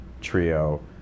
trio